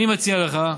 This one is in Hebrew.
אני מציע לך,